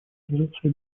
организации